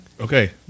okay